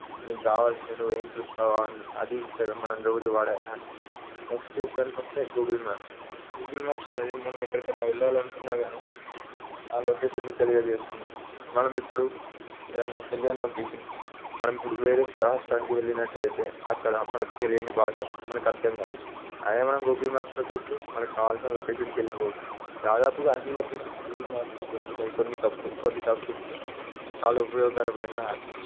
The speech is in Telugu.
నీకు కావాల్సింది నువ్వు ఏం చూస్తావని అది ఇంస్టాగ్రామ్ మనం రోజు వాడే యాప్స్ నెక్స్ట్ విషయానికి వస్తే గూగుల్ మ్యాప్స్ గూగుల్ మ్యాప్స్ అనేది మనం ఎక్కడికైనా వెళ్ళాలనుకున్నా కానీ ఆ లోకేషన్ని తెలియజేస్తుంది మనం ఇప్పుడు ఏదైనా తెలియని లొకేషన్ మనం ఇప్పుడు వేరే రాష్ట్రానికి వెళ్ళినట్లు అయితే అక్కడ మనకు తెలియని భాష మనకి అర్థం కాదు అదే మనం గూగుల్ మ్యాప్స్లో చూస్తే మనకు కావాల్సిన లోకేషన్కి వెళ్ళిపోవచ్చు దాదాపుగా అన్ని లొకేషన్స్ గూగుల్ మ్యాప్లో దొరుకుతాయి కొన్ని తప్పి కొన్ని తప్పిస్తే చాలా ఉపయోగకరమైన యాప్